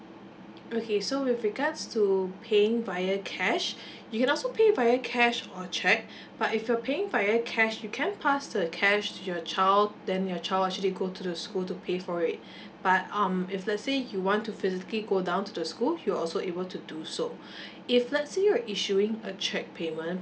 okay so with regards to paying via cash you can also pay via cash or cheque but if you're paying via cash you can pass the cash to your child then your child actually go to the school to pay for it but um if let's say you want to physically go down to the school you will also able to do so if let's say you're issuing a cheque payment